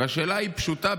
והשאלה היא פשוטה,